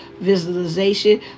visualization